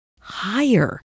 higher